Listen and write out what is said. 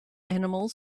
animals